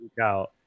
out